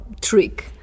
trick